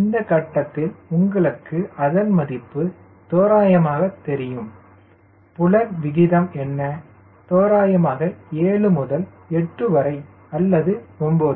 இந்த கட்டத்தில் உங்களுக்கு அதன் மதிப்பு தோராயமாக தெரியும் புலன் விகிதம் என்ன தோராயமாக 7 முதல் 8 வரை அல்லது 9